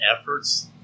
efforts